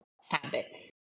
habits